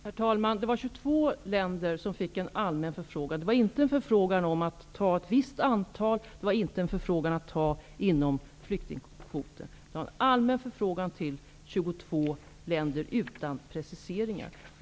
Herr talman! Det var 22 länder som fick en allmän förfrågan. Förfrågan rörde sig inte om att ta emot ett visst antal eller att ta emot fångar inom flyktingkvoten. Det var en allmän förfrågan till 22 länder utan preciseringar.